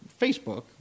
Facebook